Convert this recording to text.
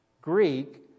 Greek